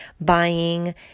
Buying